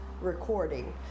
recording